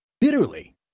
bitterly